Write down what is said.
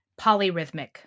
Polyrhythmic